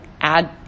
add